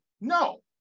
No